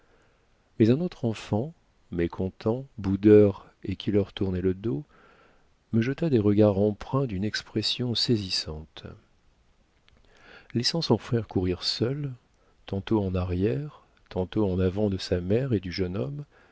mais un autre enfant mécontent boudeur et qui leur tournait le dos me jeta des regards empreints d'une expression saisissante laissant son frère courir seul tantôt en arrière tantôt en avant de sa mère et du jeune homme